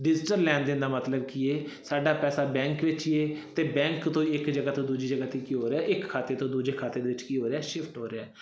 digital ਲੈਣ ਦੇਣ ਦਾ ਮਤਲਬ ਕੀ ਹੈ ਸਾਡਾ ਪੈਸਾ ਬੈਂਕ ਵਿੱਚ ਹੀ ਹੈ ਅਤੇ ਬੈਂਕ ਤੋਂ ਇੱਕ ਜਗ੍ਹਾ ਤੋਂ ਦੂਜੀ ਜਗ੍ਹਾ 'ਤੇ ਕੀ ਹੋ ਰਿਹਾ ਇੱਕ ਖਾਤੇ ਤੋਂ ਦੂਜੇ ਖਾਤੇ ਦੇ ਵਿੱਚ ਕੀ ਹੋ ਰਿਹਾ ਸ਼ਿਫਟ ਹੋ ਰਿਹਾ